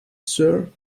sir